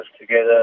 together